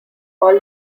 all